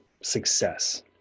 success